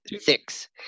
six